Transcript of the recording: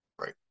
Right